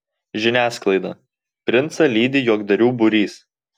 žiniasklaida princą lydi juokdarių būrys